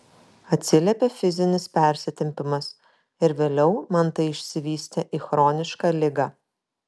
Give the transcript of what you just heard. atsiliepė fizinis persitempimas ir vėliau man tai išsivystė į chronišką ligą